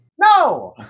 No